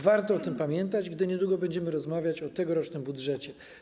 Warto o tym pamiętać, gdy niedługo będziemy rozmawiać o tegorocznym budżecie.